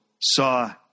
saw